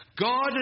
God